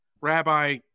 rabbi